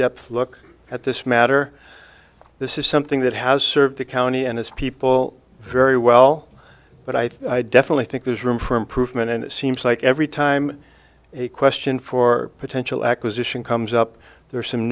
depth look at this matter this is something that has served the county and its people very well but i definitely think there's room for improvement and it seems like every time a question for potential acquisition comes up there are some